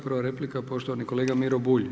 Prva replika je poštovani kolega Miro Bulj.